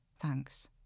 Thanks